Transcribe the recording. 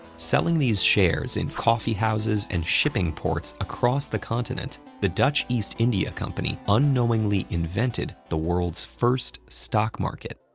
selling these shares in coffee houses and shipping ports across the continent, the dutch east india company unknowingly invented the world's first stock market.